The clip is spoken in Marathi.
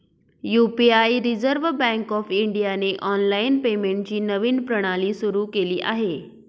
यु.पी.आई रिझर्व्ह बँक ऑफ इंडियाने ऑनलाइन पेमेंटची नवीन प्रणाली सुरू केली आहे